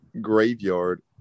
graveyard